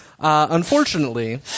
Unfortunately